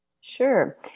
Sure